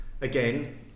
Again